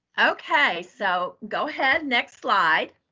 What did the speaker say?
okay. so go ahead, next slide.